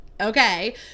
Okay